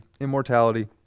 immortality